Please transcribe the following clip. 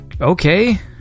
okay